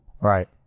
right